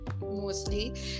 mostly